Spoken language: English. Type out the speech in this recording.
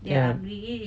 ya